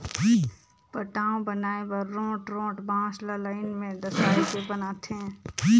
पटांव बनाए बर रोंठ रोंठ बांस ल लाइन में डसाए के बनाथे